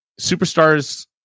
superstars